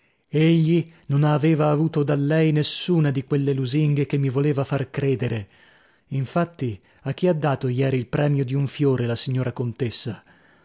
egli non aveva avuto da lei nessuna di quelle lusinghe che mi voleva far credere infatti a chi ha dato ieri il premio di un fiore la signora contessa